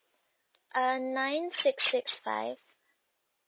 uh nine six six five